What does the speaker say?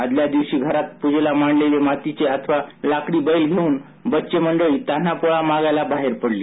आदल्या दिवशी घरात पूजेला मांडलेले मातीचे अथवा लाकडी बैल घेऊन बच्चे मंडळी तान्हा पोळा मागायला बाहेर पडली